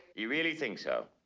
you really think so?